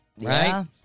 right